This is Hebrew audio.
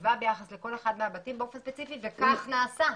להיקבע ביחס לכל אחד מהבתים באופן ספציפי וכך נעשה.